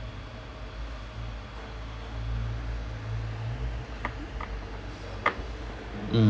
mm